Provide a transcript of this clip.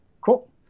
cool